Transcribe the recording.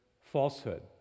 falsehood